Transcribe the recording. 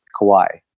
Kawhi